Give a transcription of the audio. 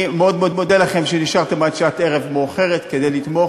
אני מאוד מודה לכם על שנשארתם עד שעת ערב מאוחרת כדי לתמוך.